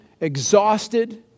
exhausted